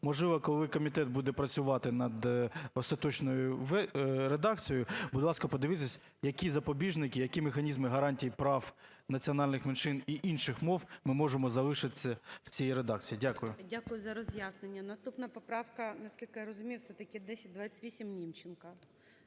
можливо, коли комітет буде працювати над остаточною редакцією, будь ласка, подивіться, які запобіжники, які механізми гарантій прав національних меншин і інших мов ми можемо залишити в цій редакції. Дякую. ГОЛОВУЮЧИЙ. Дякую за роз'яснення. Наступна поправка, наскільки я розумію, все-таки 1028 Німченка.